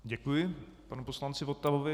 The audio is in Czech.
Děkuji panu poslanci Votavovi.